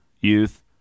youth